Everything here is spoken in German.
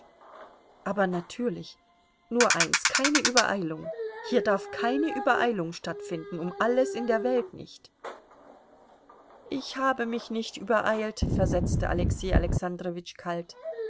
aber natürlich nur eins keine übereilung hier darf keine übereilung stattfinden um alles in der welt nicht ich habe mich nicht übereilt versetzte alexei alexandrowitsch kalt